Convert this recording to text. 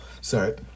Sorry